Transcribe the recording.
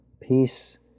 peace